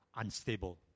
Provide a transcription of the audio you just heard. unstable